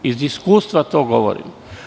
Iz iskustva to govorim.